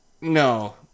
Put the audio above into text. no